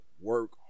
Work